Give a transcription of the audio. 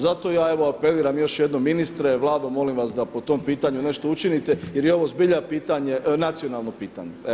Zato ja evo apeliram još jednom ministre, Vlado molim vas da po tom pitanju nešto učinite jer je ovo zbilja pitanje, nacionalno pitanje.